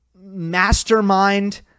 mastermind